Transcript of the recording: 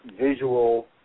visual